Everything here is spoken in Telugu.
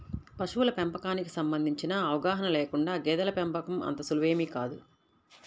పశువుల పెంపకానికి సంబంధించిన అవగాహన లేకుండా గేదెల పెంపకం అంత సులువేమీ కాదు